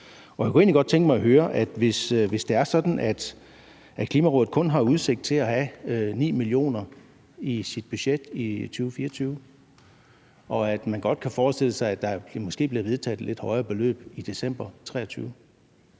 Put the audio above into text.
Jeg kunne egentlig godt tænke mig at høre, hvis det er sådan, at Klimarådet kun har udsigt til at have 9 mio. kr. i sit budget i 2024, og at man godt kan forestille sig, at der måske bliver vedtaget et lidt højere beløb i december 2023,